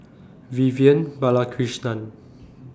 Vivian Balakrishnan